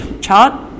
chart